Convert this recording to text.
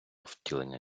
втілення